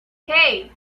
hey